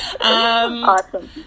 Awesome